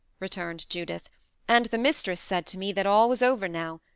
returned judith and the mistress said to me that all was over now.